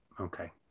okay